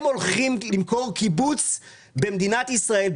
הם הולכים למכור קיבוץ במדינת ישראל,